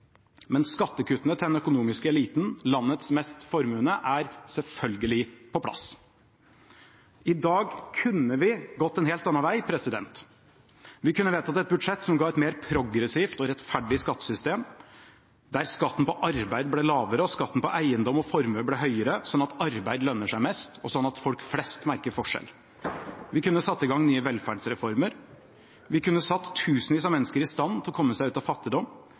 Men skattekuttene til den økonomiske eliten, landets mest formuende, er selvfølgelig på plass. I dag kunne vi gått en helt annen vei. Vi kunne vedtatt et budsjett som ga et mer progressivt og rettferdig skattesystem, der skatten på arbeid ble lavere og skatten på eiendom og formue høyere, slik at arbeid lønte seg mest, og slik at folk flest merket forskjell. Vi kunne satt i gang nye velferdsreformer. Vi kunne satt tusenvis av mennesker i stand til å komme seg ut av fattigdom.